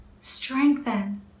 strengthen